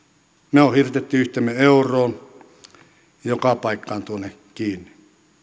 me olemme hirttäneet itsemme euroon joka paikkaan tuonne kiinni